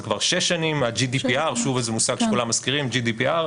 כבר 6 שנים ה- GDPR שוב איזה מושג שכולם מזכירים GDPR,